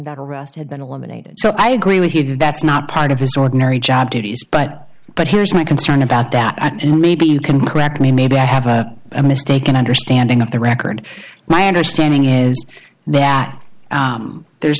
that arrest had been eliminated so i agree with you that's not part of his ordinary job duties but but here's my concern about that and maybe you can correct me maybe i have a mistaken understanding of the record my understanding is that there's